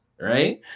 Right